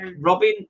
Robin